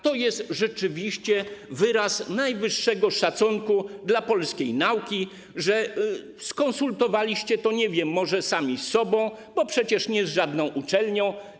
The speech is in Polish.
To rzeczywiście jest wyraz najwyższego szacunku dla polskiej nauki, że skonsultowaliście to, nie wiem, może sami ze sobą, bo przecież nie z jakąkolwiek uczelnią.